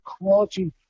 quality